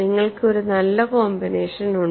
നിങ്ങൾക്ക് ഒരു നല്ല കോമ്പിനേഷൻ ഉണ്ട്